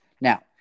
Now